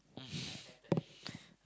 mm